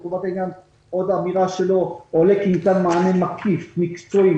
עוד אמירה שלו: עולה כי ניתן מענה מקיף, מקצועי.